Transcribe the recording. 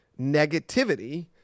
Negativity